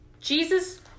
Jesus